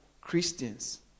Christians